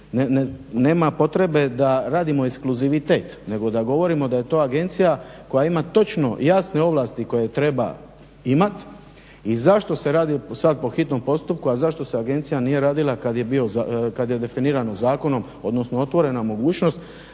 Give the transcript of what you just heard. nema potrebe da radimo ekskluzivitet nego da govorimo da je to agencija koja ima točno jasne ovlasti koje treba imati i zašto se radi sada po hitnom postupku, a zašto se agencija nije radila kada je definirano zakonom odnosno otvorena mogućnost